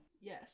Yes